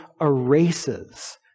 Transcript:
erases